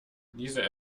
diese